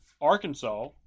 Arkansas